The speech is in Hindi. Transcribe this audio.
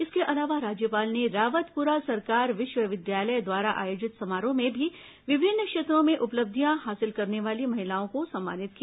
इसके अलावा राज्यपाल ने रावतपुरा सरकार विश्वविद्यालय द्वारा आयोजित समारोह में भी विभिन्न क्षेत्रों में उपलब्धियां हासिल करने वाली महिलाओं को सम्मानित किया